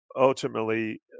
ultimately